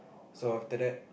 so after that